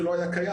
שלא היה קיים.